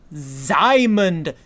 Simon